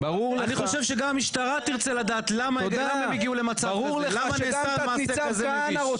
זה מכשיר לגילוי סרטן,